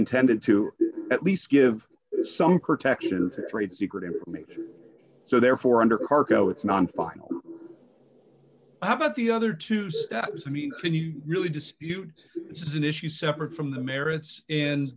intended to at least give some cortex into trade secret information so therefore under cargo it's non final how about the other two steps i mean can you really disputes this is an issue separate from the merits